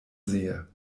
sehe